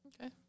Okay